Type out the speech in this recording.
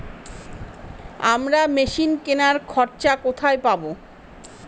আমরা মেশিন কেনার খরচা কোথায় পাবো?